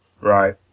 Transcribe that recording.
Right